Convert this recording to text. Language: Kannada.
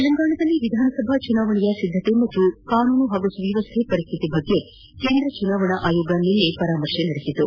ತೆಲಂಗಾಣದಲ್ಲಿ ವಿಧಾನಸಭಾ ಚುನಾವಣಾ ಸಿದ್ಗತೆ ಹಾಗೂ ಕಾನೂನು ಮತ್ತು ಸುವ್ನವಶ್ಲೆ ಪರಿಸ್ಥಿತಿ ಕುರಿತು ಕೇಂದ್ರ ಚುನಾವಣಾ ಆಯೋಗ ನಿನ್ನೆ ಪರಾಮರ್ಶೆ ನಡೆಸಿತು